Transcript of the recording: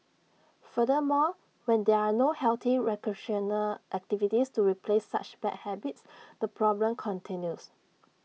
furthermore when there are no healthy recreational activities to replace such bad habits the problem continues